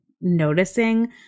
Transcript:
noticing